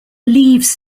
leaves